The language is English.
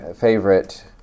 favorite